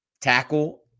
tackle